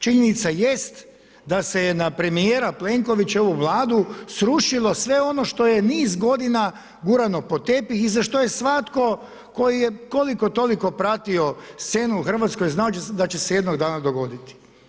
Činjenica jest da se je na premijera Plenkovića i ovu Vladu srušilo sve ono što je niz godina gurano pod tepih i za što je svatko koji je koliko toliko pratio scenu u Hrvatskoj znajući da će se jednog dana dogoditi.